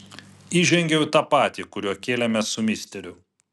įžengiau į tą patį kuriuo kėlėmės su misteriu